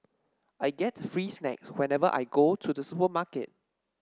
I get free snacks whenever I go to the supermarket